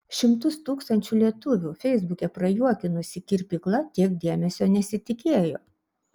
šimtus tūkstančių lietuvių feisbuke prajuokinusi kirpykla tiek dėmesio nesitikėjo